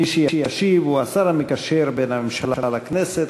מי שישיב הוא השר המקשר בין הממשלה לכנסת,